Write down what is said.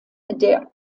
der